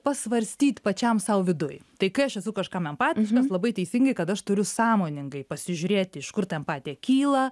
pasvarstyt pačiam sau viduj tai kai aš esu kažkam empatiškas labai teisingai kad aš turiu sąmoningai pasižiūrėti iš kur ta emaptija kyla